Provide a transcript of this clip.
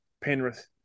Penrith